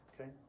Okay